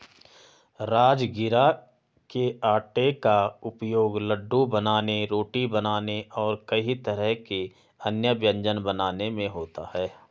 राजगिरा के आटे का उपयोग लड्डू बनाने रोटी बनाने और कई तरह के अन्य व्यंजन बनाने में होता है